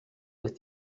with